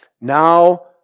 now